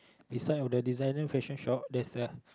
beside of the designer fashion shop there's the